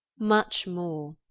much more,